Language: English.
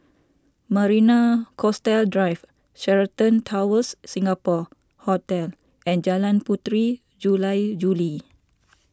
Marina Coastal Drive Sheraton Towers Singapore Hotel and Jalan Puteri Jula Juli